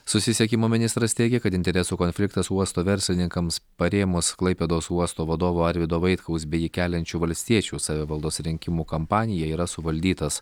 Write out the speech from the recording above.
susisiekimo ministras teigia kad interesų konfliktas uosto verslininkams parėmus klaipėdos uosto vadovo arvydo vaitkaus bei jį keliančių valstiečių savivaldos rinkimų kampaniją yra suvaldytas